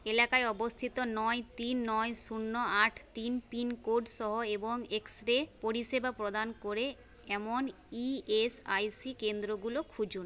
এলাকায় অবস্থিত নয় তিন নয় শূন্য আট তিন পিনকোড সহ এবং এক্স রে পরিষেবা প্রদান করে এমন ইএসআইসি কেন্দ্রগুলো খুঁজুন